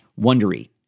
Wondery